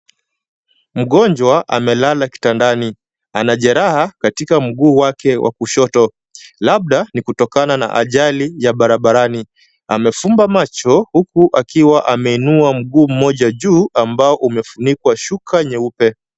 Mgonjwa amelala kitandani, anajeraha katika mguu wake wa kushoto, labda ni kutokana na ajali ya barabarani. Amefumba macho huku akiwa ameinua mguu moja juu ambao umefunikwa shuka nyeupe.